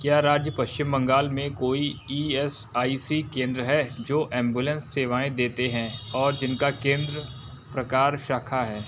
क्या राज्य पश्चिम बंगाल में कोई ई एस आई सी केंद्र हैं जो एंबुलेंस सेवाएँ देते हैं और जिनका केंद्र प्रकार शाखा है